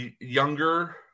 younger